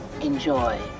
Enjoy